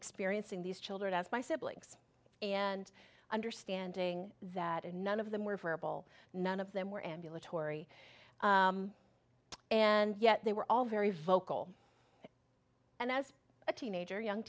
experiencing these children as my siblings and understanding that and none of them were verbal none of them were ambulatory and yet they were all very vocal and as a teenager young